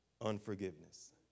Unforgiveness